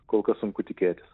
kol kas sunku tikėtis